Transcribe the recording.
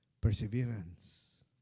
perseverance